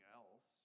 else